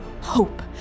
hope